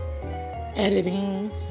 editing